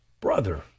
brother